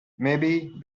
maybe